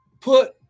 put